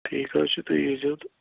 ٹھیٖک حظ چھُ تُہۍ ییٖزٮ۪و تہٕ